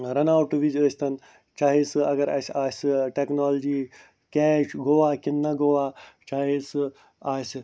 رَن اَوُٹہٕ وِزِ ٲستَن چاہے سُہ اَگر اَسہِ آسہِ سُہ ٹیکنالجی کیچ گوا کِنہٕ نہ گوا چاہے سُہ آسہِ